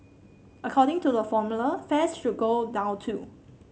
according to the formula fares should go down too